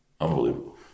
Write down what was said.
Unbelievable